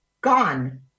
gone